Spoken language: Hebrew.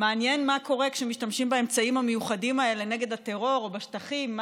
מעניין מה קורה כשמשתמשים באמצעים המיוחדים האלה נגד הטרור או בשטחים,